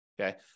okay